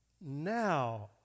Now